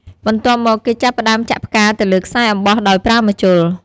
បន្ទាប់មក គេចាប់ផ្ដើមចាក់ផ្កាទៅលើខ្សែអំបោះដោយប្រើម្ជុល។